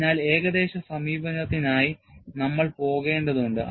അതിനാൽ ഏകദേശ സമീപനത്തിനായി നമ്മൾ പോകേണ്ടതുണ്ട്